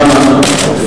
למה?